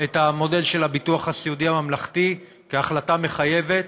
את המודל של הביטוח הסיעודי הממלכתי כהחלטה מחייבת.